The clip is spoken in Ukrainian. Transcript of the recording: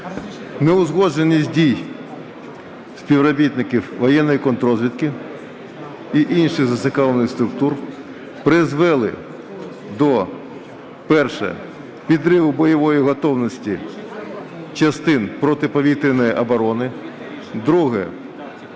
Неузгодженість дій співробітників воєнної контррозвідки і інших зацікавлених структур призвели до, перше, підриву бойової готовності частин протиповітряної оборони, друге,